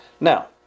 Now